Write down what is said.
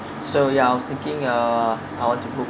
so ya I was thinking uh I want to book